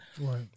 Right